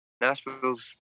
Nashville's